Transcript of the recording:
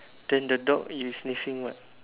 then the dog is sniffing what